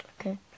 Okay